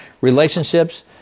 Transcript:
relationships